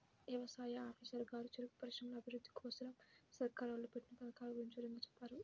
యవసాయ ఆఫీసరు గారు చెరుకు పరిశ్రమల అభిరుద్ధి కోసరం సర్కారోళ్ళు పెట్టిన పథకాల గురించి వివరంగా చెప్పారు